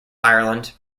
ireland